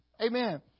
amen